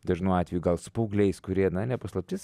dažnu atveju gal su paaugliais kurie na ne paslaptis